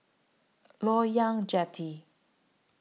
Loyang Jetty